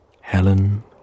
Helen